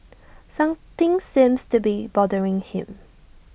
something seems to be bothering him